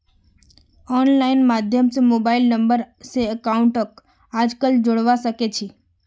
online माध्यम स mobile number स अकाउंटक आजकल जोडवा सके छी